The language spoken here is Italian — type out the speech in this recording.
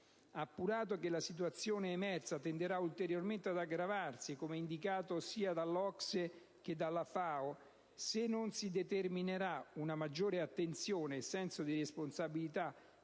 appurato che la situazione emersa tenderà ulteriormente ad aggravarsi, come indicato sia dall'OCSE sia dalla FAO, se non si determinerà una maggiore attenzione e senso di responsabilità